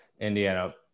Indiana